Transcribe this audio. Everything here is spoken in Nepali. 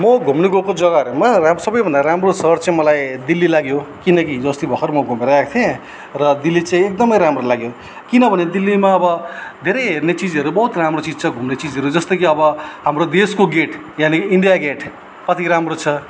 म घुम्नु गएको जग्गाहरूमा सबैभन्दा राम्रो सहर चाहिँ मलाई दिल्ली लाग्यो किनकि हिजो अस्ति म घुमेर आएको थिएँ र दिल्ली चाहिँ एकदमै राम्रो लाग्यो किनभने दिल्लीमा अब धेरै हेर्ने चिजहरू बहुत राम्रो चिज छ घुम्ने चिजहरू जस्तै कि अब हाम्रो देशको गेट यानी इन्डिया गेट कति राम्रो छ